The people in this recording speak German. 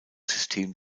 system